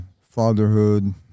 fatherhood